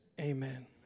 amen